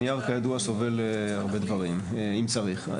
הנייר כידוע סובל הרבה דברים אם צריך.